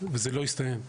וזה לא יסתיים.